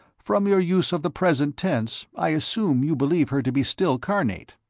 from your use of the present tense, i assume you believe her to be still carnate.